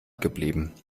geblieben